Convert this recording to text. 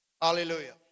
Hallelujah